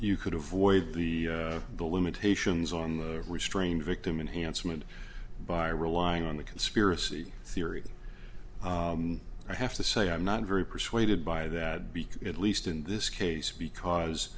you could avoid the the limitations on the restrained victim unhandsome and by relying on the conspiracy theory i have to say i'm not very persuaded by that beak at least in this case because